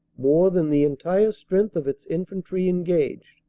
more than the entire strength of its infantry engaged,